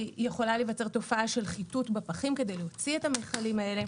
יכולה להיווצר תופעה של חיטוט בפחים כדי להוציא את המכלים האלה.